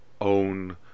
own